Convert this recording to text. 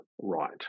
right